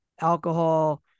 alcohol